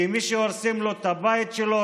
כי מי שהורסים לו את הבית שלו,